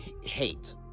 hate